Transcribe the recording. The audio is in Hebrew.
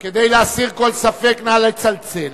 כדי להסיר כל ספק, נא לצלצל.